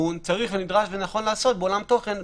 צריך ונדרש ונכון לעשות בעולם תוכן בריאותי.